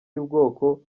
y’ubwoko